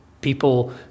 people